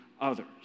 others